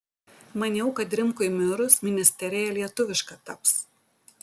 maniau kad rimkui mirus ministerija lietuviška taps